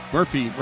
Murphy